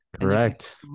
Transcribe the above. Correct